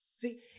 See